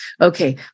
Okay